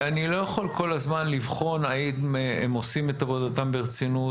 אני לא יכול כל הזמן לבחון האם הם עושים את עבודתם ברצינות,